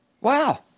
Wow